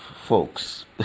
folks